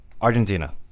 Argentina